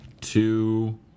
two